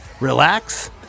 relax